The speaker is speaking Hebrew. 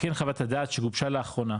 וכן חוות הדעת שגובשה לאחרונה,